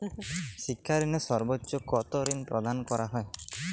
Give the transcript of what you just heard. শিক্ষা ঋণে সর্বোচ্চ কতো ঋণ প্রদান করা হয়?